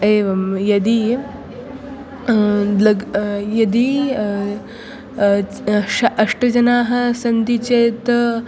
एवं यदि लग् यदी ष् अष्टजनाः सन्ति चेत्